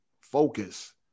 focus